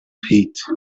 heat